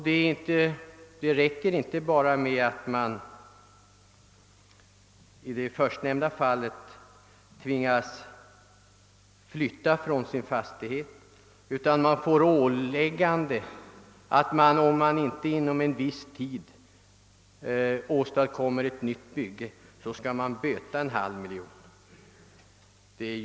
Det räcker inte med att Eugeniaförsamlingen tvingas flytta från sin verksamhet, utan man har dessutom fått ett åläggande att om man inte åstadkommer ett nytt bygge inom viss tid får man böta en halv miljon kronor!